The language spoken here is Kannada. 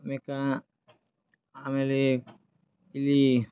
ಅಮ್ಯಾಕ ಆಮೇಲೆ ಇಲ್ಲಿ